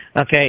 okay